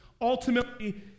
ultimately